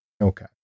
Okay